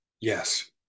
Yes